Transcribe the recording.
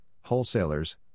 wholesalers